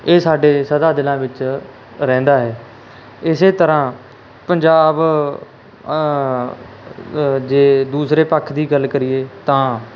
ਇਹ ਸਾਡੇ ਸਦਾ ਦਿਲਾਂ ਵਿੱਚ ਰਹਿੰਦਾ ਹੈ ਇਸ ਤਰ੍ਹਾਂ ਪੰਜਾਬ ਜੇ ਦੂਸਰੇ ਪੱਖ ਦੀ ਗੱਲ ਕਰੀਏ ਤਾਂ